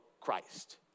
Christ